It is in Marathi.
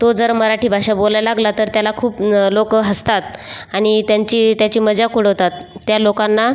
तो जर मराठी भाषा बोलाय लागला तर त्याला खूप लोकं हसतात आनि त्यांची त्याची मजाक उडवतात त्या लोकांना